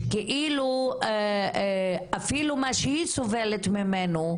על אף מה שהיא סובלת ממנו,